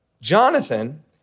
Jonathan